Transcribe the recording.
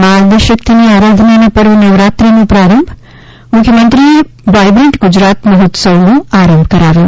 મા આદ્યશકિતની આરાધનાના પર્વ નવરાત્રીનો પ્રારંભ મુખ્યમંત્રીએ વાયબ્રન્ટ ગુજરાત મહોત્સવનો આરંભ કરાવ્યો